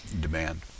demand